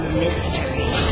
mystery